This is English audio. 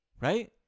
Right